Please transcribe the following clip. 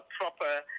proper